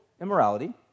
immorality